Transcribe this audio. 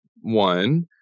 one